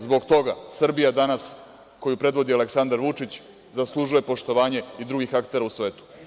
Zbog toga Srbija danas koju predvodi Aleksandar Vučić zaslužuje poštovanje i drugih aktera u svetu.